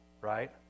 Right